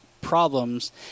problems